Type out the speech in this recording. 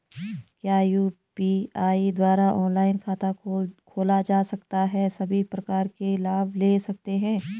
क्या यु.पी.आई द्वारा ऑनलाइन खाता खोला जा सकता है सभी प्रकार के लाभ ले सकते हैं?